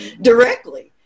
directly